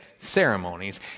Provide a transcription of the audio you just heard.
ceremonies